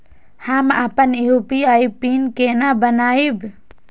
हम अपन UPI PIN केना बनैब?